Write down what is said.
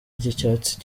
ry’icyatsi